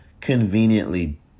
conveniently